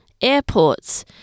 airports